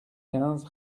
quinze